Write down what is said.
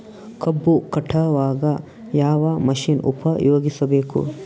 ಕಬ್ಬು ಕಟಾವಗ ಯಾವ ಮಷಿನ್ ಉಪಯೋಗಿಸಬೇಕು?